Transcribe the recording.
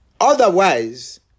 Otherwise